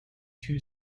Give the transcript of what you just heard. two